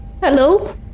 Hello